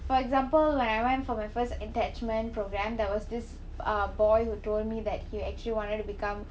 for example when I went for my first attachment programme there was this uh boy who told me that he actually wanted to become